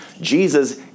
Jesus